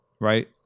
right